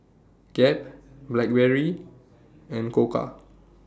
Gap Blackberry and Koka